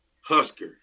Husker